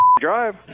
Drive